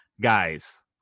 guys